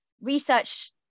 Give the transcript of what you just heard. research